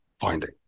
finding